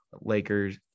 Lakers